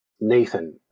nathan